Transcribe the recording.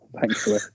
thankfully